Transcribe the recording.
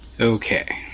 Okay